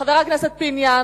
חבר הכנסת פיניאן,